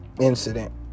incident